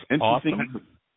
awesome